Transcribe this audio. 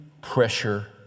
pressure